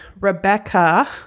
Rebecca